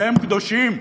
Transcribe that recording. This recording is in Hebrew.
והם קדושים,